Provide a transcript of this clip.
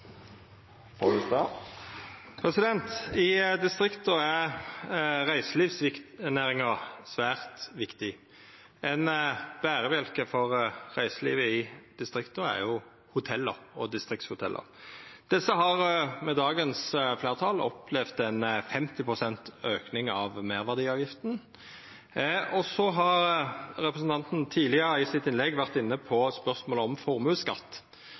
er. I distrikta er reiselivsnæringa svært viktig, og ein berebjelke for reiselivet i distrikta er hotella og distriktshotella. Desse har med dagens fleirtal opplevd ein 50 pst. auke i meirverdiavgifta. Representanten har tidlegare, i sitt innlegg, vore inne på spørsmålet om formuesskatt,